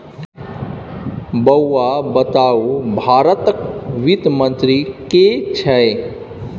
बौआ बताउ भारतक वित्त मंत्री के छै?